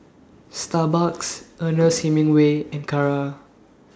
Starbucks Ernest Hemingway and Kara